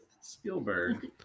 Spielberg